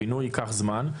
הבינוי ייקח זמן.